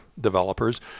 developers